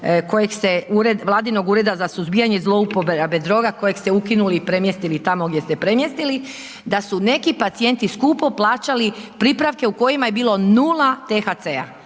kojeg ste ukinuli i premjestili tamo gdje ste premjestili, da su neki pacijenti skupo plaćali pripravke u kojima je bilo nula THC-a,